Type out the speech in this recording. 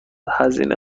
هزینه